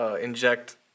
inject